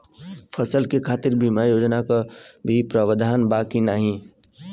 फसल के खातीर बिमा योजना क भी प्रवाधान बा की नाही?